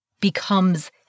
becomes